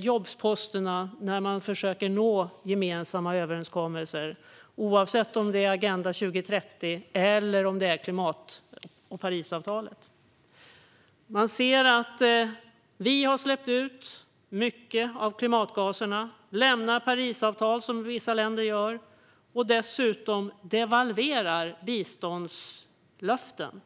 jobsposterna när man försöker nå gemensamma överenskommelser, oavsett om det är fråga om Agenda 2030 eller Parisavtalet. Man ser att vi har släppt ut mycket av klimatgaserna och att vissa länder lämnar Parisavtalet och dessutom devalverar biståndslöften.